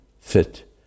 fit